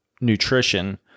nutrition